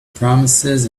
promises